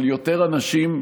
אבל יותר אנשים,